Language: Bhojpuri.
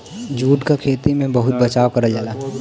जूट क खेती में बहुत बचाव करल जाला